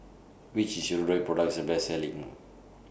Which Hirudoid Product IS The Best Selling